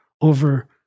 over